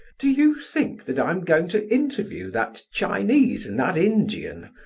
do you think that i am going to interview that chinese and that indian?